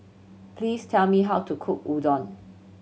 please tell me how to cook Udon